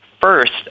First